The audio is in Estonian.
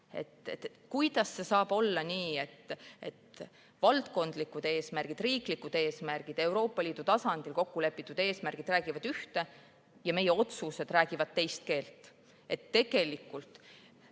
Kuidas saab olla nii, et valdkondlikud eesmärgid, riiklikud eesmärgid, Euroopa Liidu tasandil kokku lepitud eesmärgid räägivad ühte, aga meie otsused räägivad teist keelt? Tegelikult,